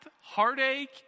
heartache